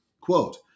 Quote